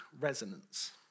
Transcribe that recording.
resonance